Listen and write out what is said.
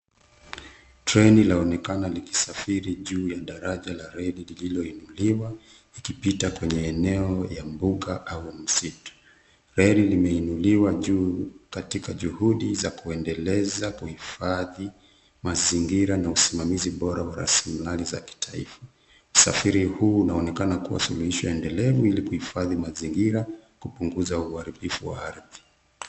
Treni laonekana likisafiri juu ya daraja la reli lililoinuliwa ikipita kwenye eneo la mbuga au msitu. Reli limeinuliwa juu katika juhudi za kuendeleza kuhifadhi mazingira na usimamizi bora wa rasilimali za kitaifa. Usafiri huu unaonekana kuwa suluhisho endelevu ili kuhifadhi mazingira na kupunguza uharibifu wa ardhi.